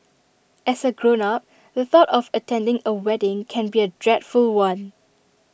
as A grown up the thought of attending A wedding can be A dreadful one